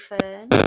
Fern